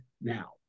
now